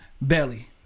Belly